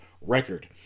record